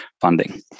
funding